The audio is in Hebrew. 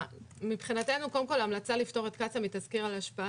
מבחינתנו ההמלצה לפטור את קצא"א מתסקיר השפעה